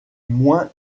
moins